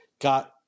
got